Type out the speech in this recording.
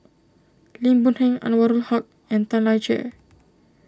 Lim Boon Heng Anwarul Haque and Tan Lian Chye